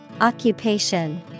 Occupation